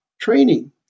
training